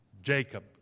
Jacob